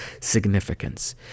significance